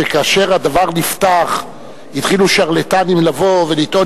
שכאשר הדבר נפתח התחילו שרלטנים לבוא ולטעון